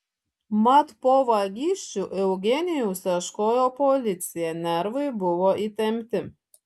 mat po vagysčių eugenijaus ieškojo policija nervai buvo įtempti